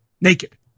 naked